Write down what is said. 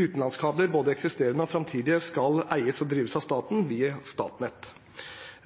utenlandskabler, både eksisterende og framtidige, skal eies og drives av staten via Statnett.